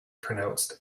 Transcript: pronounced